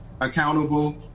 accountable